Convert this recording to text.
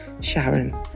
sharon